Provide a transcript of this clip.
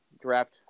draft